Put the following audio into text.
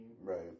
Right